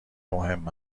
مهم